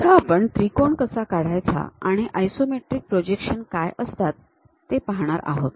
आता आपण त्रिकोण कसा काढायचा आणि आयसोमेट्रिक प्रोजेक्शन्स काय असतात ते पाहणार आहोत